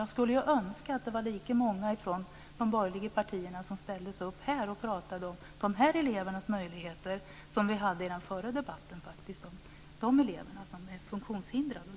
Jag skulle önska att det vore lika många från de borgerliga partierna som ställde sig upp här och pratade om de här elevernas möjligheter som vi hade i den förra debatten om de funktionshindrade eleverna.